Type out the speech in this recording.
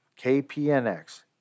KPNX